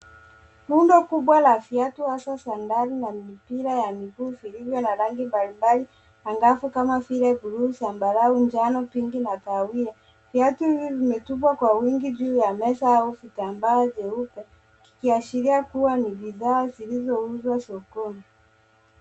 Rundo kubwa la viatu hasa sandali na mipira ya miguu vilivyo na rangi mbalimbali angavu kama vile buluu, zambarau, njano, pinki na kahawia. Viatu hivi vimetupwa kwa wingi juu ya meza au vitambaa jeupe kikiashiria kuwa ni bidhaa zilizouzwa sokoni.